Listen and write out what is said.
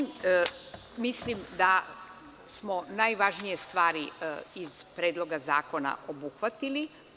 Mislim da smo najvažnije stvari iz Predloga zakona obuhvatili.